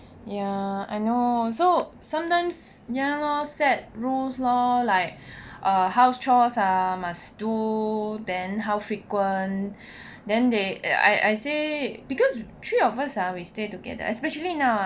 ya I know so sometimes ya lor set rules lor like a house chores ah must do then how frequent then they I I say because three of us ah we stay together especially now